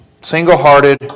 Single-Hearted